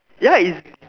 ya it's